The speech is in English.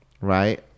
right